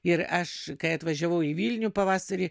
ir aš kai atvažiavau į vilnių pavasarį